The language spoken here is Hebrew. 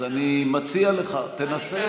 אז אני מציע לך, תנסה.